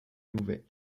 louvet